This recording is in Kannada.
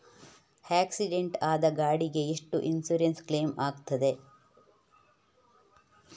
ಆಕ್ಸಿಡೆಂಟ್ ಆದ ಗಾಡಿಗೆ ಎಷ್ಟು ಇನ್ಸೂರೆನ್ಸ್ ಕ್ಲೇಮ್ ಆಗ್ತದೆ?